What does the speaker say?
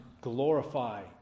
glorify